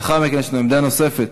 לאחר מכן יש לנו עמדה נוספת